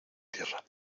tierra